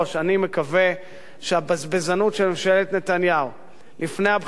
אני מקווה שהבזבזנות של ממשלת נתניהו לפני הבחירות,